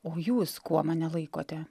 o jūs kuo mane laikote